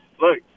Look